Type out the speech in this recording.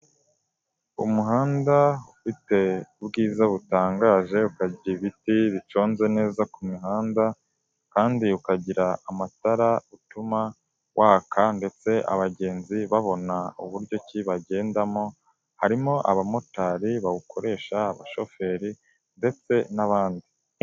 Umuhanda ufite ubwiza butangaje ukagira ibiti biconze neza ku mihanda kandi ukagira amatara atuma waka ndetse abagenzi babona uburyo ki bagendamo harimo abamotari bawukoresha, abashoferi ndetse n'abandi.